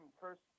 first